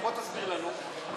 בוא תסביר לנו,